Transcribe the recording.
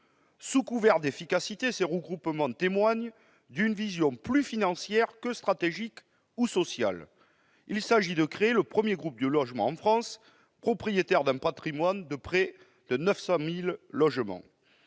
Sous couvert d'efficacité, ces regroupements témoignent d'une vision plus financière que stratégique ou sociale. Il s'agit de créer le premier groupe de logements en France, fort d'un patrimoine de près de 900 000 logements.